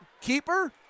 keeper